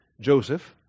Joseph